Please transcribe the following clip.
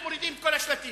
מורידים את כל השלטים.